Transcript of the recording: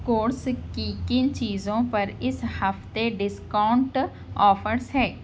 course کی کن چیزوں پر اس ہفتے ڈسکاؤنٹ آفرس ہے